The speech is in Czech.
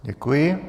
Děkuji.